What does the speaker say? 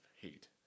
hate